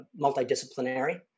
multidisciplinary